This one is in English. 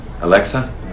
Alexa